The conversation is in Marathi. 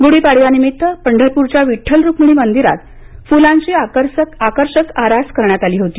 गुढीपाडव्या निमित्त पंढरपूरच्या विठ्ठल रुक्मिणी मंदिरात फुलांची आकर्षक आरास करण्यात आली होती